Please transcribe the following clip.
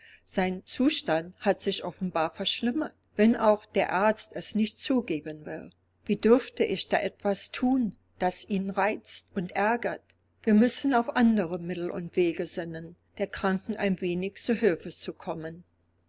sein zustand hat sich offenbar verschlimmert wenn auch der arzt es nicht zugeben will wie dürfte ich da etwas thun das ihn reizt und ärgert wir müssen auf andere mittel und wege sinnen der kranken ein wenig zu hilfe zu kommen